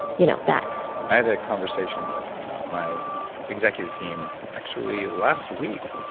you know that i had a conversation with my executive team actually last week,